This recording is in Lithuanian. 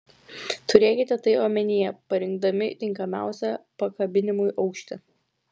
turėkite tai omenyje parinkdami tinkamiausią pakabinimui aukštį